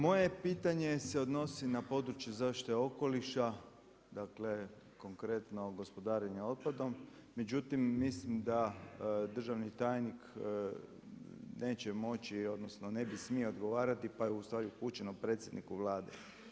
Moje pitanje se odnosi na područje zaštite okoliša, dakle konkretno gospodarenja otpadom, međutim, mislim da državni tajnik neće moći odnosno ne bi smio odgovarati pa je ustvari upućeno predsjedniku Vlade.